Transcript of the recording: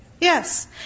Yes